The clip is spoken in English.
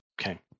Okay